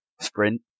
sprint